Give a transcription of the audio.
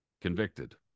convicted